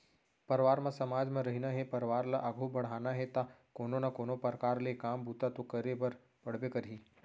परवार म समाज म रहिना हे परवार ल आघू बड़हाना हे ता कोनो ना कोनो परकार ले काम बूता तो करे बर पड़बे करही